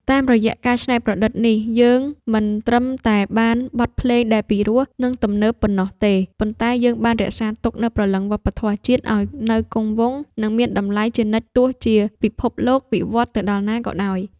តាមរយៈការច្នៃប្រឌិតនេះ យើងមិនត្រឹមតែបានបទភ្លេងដែលពីរោះ និងទំនើបប៉ុណ្ណោះទេ ប៉ុន្តែយើងបានរក្សាទុកនូវព្រលឹងវប្បធម៌ជាតិឱ្យនៅគង់វង្ស និងមានតម្លៃជានិច្ចទោះជាពិភពលោកវិវត្តទៅដល់ណាក៏ដោយ។